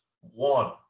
one